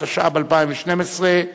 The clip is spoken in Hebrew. התשע"ב 2011,